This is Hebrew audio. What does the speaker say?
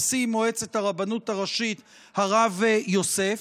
נשיא מועצת הרבנות הראשית הרב יוסף,